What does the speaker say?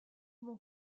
mon